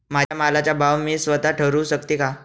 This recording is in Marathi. माझ्या मालाचा भाव मी स्वत: ठरवू शकते का?